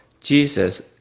Jesus